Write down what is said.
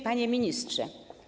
Panie Ministrze!